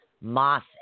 Moss